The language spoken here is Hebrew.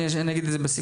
אני אגיד את זה בסיכום.